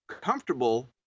comfortable